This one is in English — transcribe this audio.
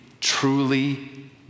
truly